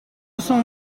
cent